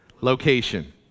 location